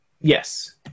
Yes